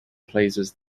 places